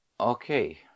okay